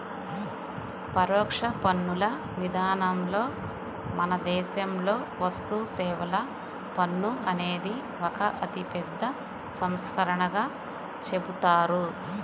పరోక్ష పన్నుల విధానంలో మన దేశంలో వస్తుసేవల పన్ను అనేది ఒక అతిపెద్ద సంస్కరణగా చెబుతారు